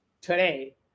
today